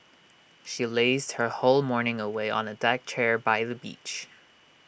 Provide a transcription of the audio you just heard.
she lazed her whole morning away on A deck chair by the beach